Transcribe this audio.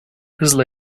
hızla